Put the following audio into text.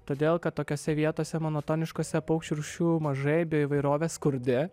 todėl kad tokiose vietose monotoniškose paukščių rūšių mažai bei įvairovė skurdi